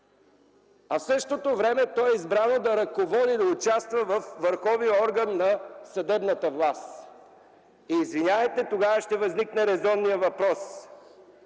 а в същото време то е избрано да ръководи, да участва във върховния орган на съдебната власт. Извинявайте, но тогава ще възникне резонният въпрос: